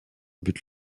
but